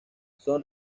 son